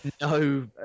No